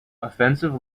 offensive